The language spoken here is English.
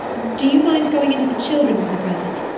do you mind going in to the children for the present?